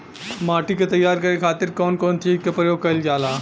माटी के तैयार करे खातिर कउन कउन चीज के प्रयोग कइल जाला?